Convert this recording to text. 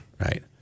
Right